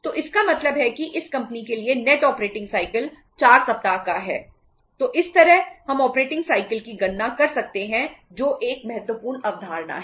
तो इसका मतलब है कि इस कंपनी के लिए नेट ऑपरेटिंग साइकिल की गणना कर सकते हैं जो एक महत्वपूर्ण अवधारणा है